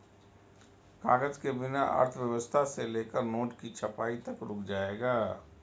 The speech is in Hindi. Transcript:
कागज के बिना अर्थव्यवस्था से लेकर नोट की छपाई तक रुक जाएगा